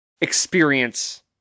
Experience